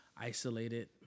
isolated